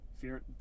fear